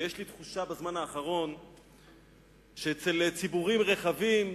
ויש לי תחושה בזמן האחרון שאצל ציבורים רחבים,